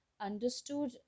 understood